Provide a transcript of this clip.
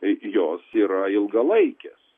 jos yra ilgalaikės